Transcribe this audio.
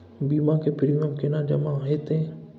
बीमा के प्रीमियम केना जमा हेते?